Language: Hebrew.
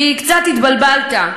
כי קצת התבלבלת,